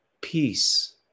peace